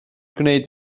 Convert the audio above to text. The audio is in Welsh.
gwneud